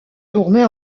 tournés